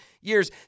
years